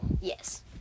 Yes